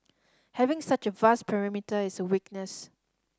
having such a vast perimeter is a weakness